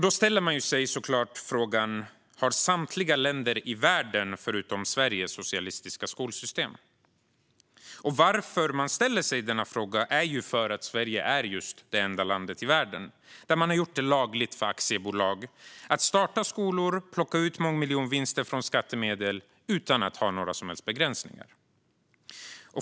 Då ställer man sig såklart frågan: Har samtliga länder i världen förutom Sverige socialistiska skolsystem? Varför man ställer sig denna fråga är ju för att Sverige är just det enda landet i världen där man gjort det lagligt för aktiebolag att starta skolor och plocka ut miljonvinster från skattemedel utan att ha några som helst begränsningar.